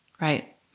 Right